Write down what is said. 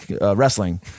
wrestling